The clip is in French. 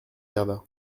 garda